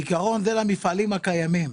בעיקרון, זה למפעלים הקיימים.